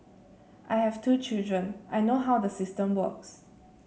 I have two children I know how the system works